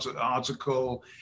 article